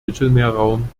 mittelmeerraum